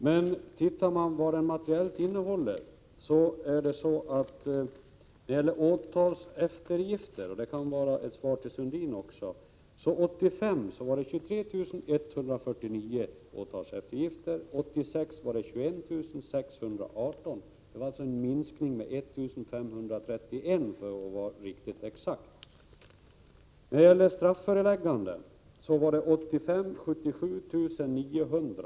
Men om man tittar på vad den materiellt innehåller, finner man — och här vänder jag mig också till Lars Sundin — att antalet eftergifter år 1985 uppgick till 23 149. År 1986 var antalet 21 618 — alltså en minskning med 1 531, för att vara exakt. Antalet strafförelägganden uppgick 1985 till 77 900.